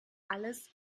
alles